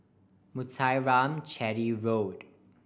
Muthuraman Chetty Road